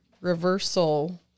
reversal